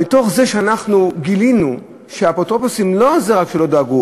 מתוך זה שאנחנו גילינו שאפוטרופוסים לא רק שלא דאגו